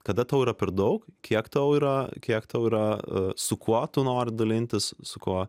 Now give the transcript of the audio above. kada tau yra per daug kiek tau yra kiek tau yra su kuo tu nori dalintis su kuo